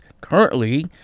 currently